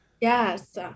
Yes